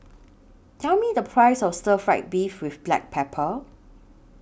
Tell Me The Price of Stir Fry Beef with Black Pepper